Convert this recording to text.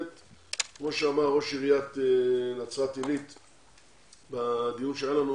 כפי שאמר ראש עיריית נצרת עלית בדיון שהיה לנו